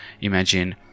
imagine